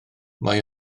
mae